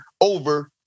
over